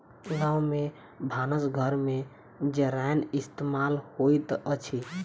गाम में भानस घर में जारैन इस्तेमाल होइत अछि